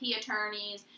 attorneys